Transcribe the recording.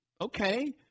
Okay